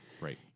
Right